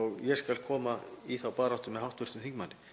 og ég skal koma í þá baráttu með hv. þingmanni.